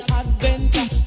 adventure